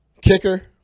Kicker